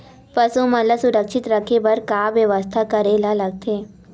पशु मन ल सुरक्षित रखे बर का बेवस्था करेला लगथे?